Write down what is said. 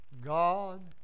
God